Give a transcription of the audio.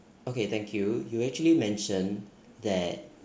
okay thank you you actually mention that